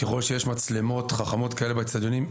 אם יש מצלמות חכמות כאלה באצטדיונים,